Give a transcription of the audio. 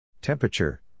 Temperature